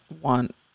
want